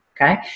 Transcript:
okay